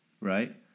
right